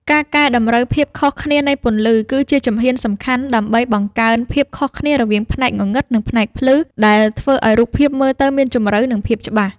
ការកែតម្រូវ ភាពខុសគ្នានៃពន្លឺ គឺជាជំហ៊ានសំខាន់ដើម្បីបង្កើនភាពខុសគ្នារវាងផ្នែកងងឹត និងផ្នែកភ្លឺ ដែលធ្វើឱ្យរូបភាពមើលទៅមានជម្រៅ និងភាពច្បាស់។